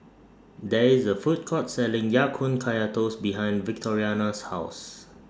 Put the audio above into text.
There IS A Food Court Selling Ya Kun Kaya Toast behind Victoriano's House